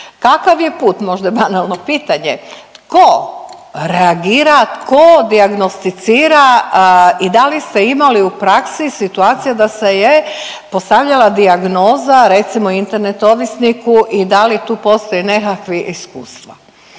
kakav je put, možda banalno pitanje, tko reagira, tko dijagnosticira i da li ste imali u praksi situacija da se je postavljala dijagnoza recimo internet ovisniku i da li tu postoje nekakvi iskustva?